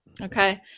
Okay